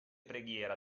preghiera